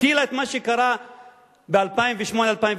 הוא הזכיר לה את מה שקרה ב-2008 2009,